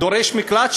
דורש מקלט,